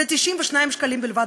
זה 92 שקלים לחודש בלבד.